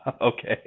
Okay